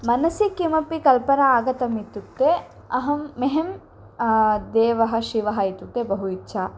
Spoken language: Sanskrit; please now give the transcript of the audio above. मनसि किमपि कल्पना आगतम् इत्युक्ते अहं मह्यं देवः शिवः इत्युक्ते बहु इच्छा